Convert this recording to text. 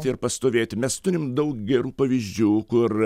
ir pastovėti mes turim daug gerų pavyzdžių kur